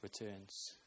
returns